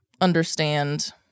understand